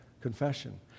confession